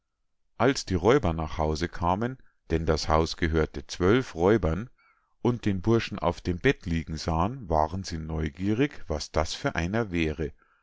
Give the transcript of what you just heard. als die räuber nach hause kamen denn das haus gehörte zwölf räubern und den burschen auf dem bett liegen sahen waren sie neugierig was das für einer wäre